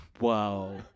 Wow